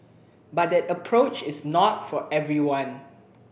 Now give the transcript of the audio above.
but that approach is not for everyone